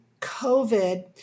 COVID